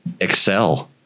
excel